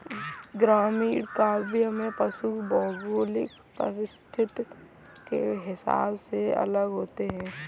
ग्रामीण काव्य में पशु भौगोलिक परिस्थिति के हिसाब से अलग होते हैं